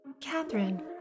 Catherine